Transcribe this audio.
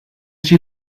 she